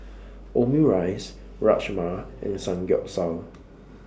Omurice Rajma and Samgyeopsal